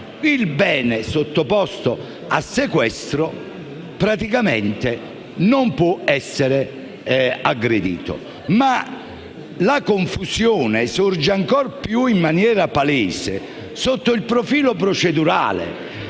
il bene sottoposto a sequestro praticamente non può essere aggredito. La confusione sorge però, in maniera ancora più palese, sotto il profilo procedurale: